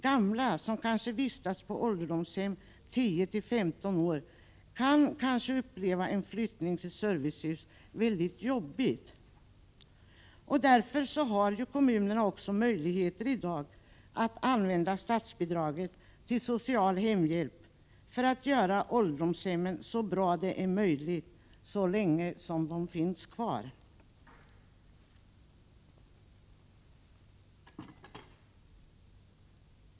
Gamla som kanske vistats på ålderdomshem 10-15 år kan uppleva en flyttning till servicehus väldigt jobbig. Därför har kommunerna också möjligheter i dag att använda statsbidraget till social hemhjälp för att göra ålderdomshemmen så bra som möjligt så länge de finns kvar.